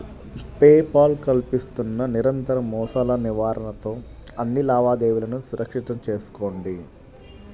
pay Paul కల్పిస్తున్న నిరంతర మోసాల నివారణతో అన్ని లావాదేవీలను సురక్షితం చేసుకోండి